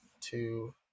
two